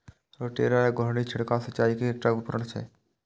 rotator या घुर्णी छिड़काव सिंचाइ के एकटा उपकरण छियै